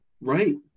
Right